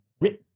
written